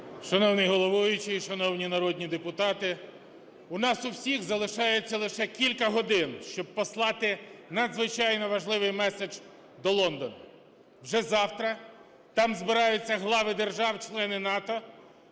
Шановний головуючий, шановні народні депутати, у нас у всіх залишається лише кілька годин, щоб послати надзвичайно важливий меседж до Лондона. Вже завтра там збираються глави держав-членів НАТО,